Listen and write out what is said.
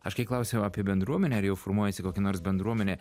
aš kai klausiau apie bendruomenę ar jau formuojasi kokia nors bendruomenė